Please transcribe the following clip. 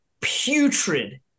putrid